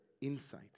insight